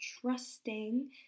trusting